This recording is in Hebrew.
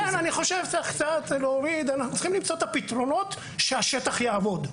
לכן אני חושב שאנחנו צריכים למצוא את הפתרונות שהשטח יעבוד.